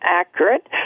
accurate